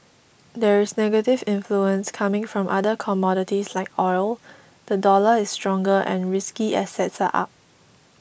there is negative influence coming from other commodities like oil the dollar is stronger and risky assets are up